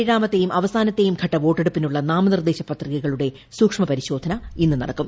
ഏഴാമത്തേയും അവസാനത്തേയും ഘട്ട വോട്ടെടുപ്പിനുള്ള നാമനിർദേശ പത്രികകളുടെ സൂക്ഷമ പരിശോധന ഇന്ന് നടക്കും